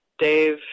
dave